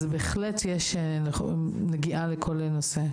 אז בהחלט יש נגיעה לכל נושא.